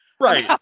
Right